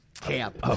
Camp